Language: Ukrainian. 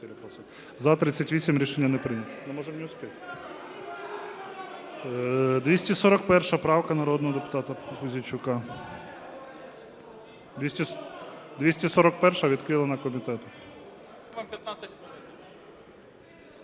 За-38 Рішення не прийнято. 241 правка народного депутата Пузійчука. 241-а відхилена комітетом.